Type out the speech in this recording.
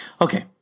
Okay